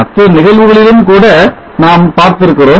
மற்ற நிகழ்வுகளிலும் கூட நாம் பார்த்திருக்கிறோம்